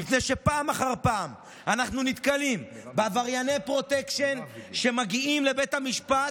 מפני שפעם אחר פעם אנחנו נתקלים בעברייני פרוטקשן שמגיעים לבית המשפט,